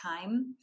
time